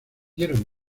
dieron